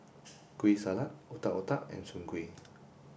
Kueh Salat Otak Otak and Soon Kueh